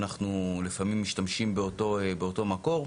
אנחנו לפעמים משתמשים בזה כמקור.